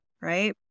right